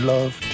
Love